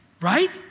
right